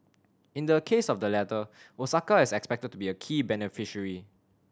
in the case of the latter Osaka is expected to be a key beneficiary